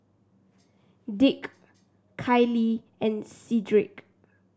Dick Kailee and Cedric